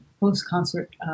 post-concert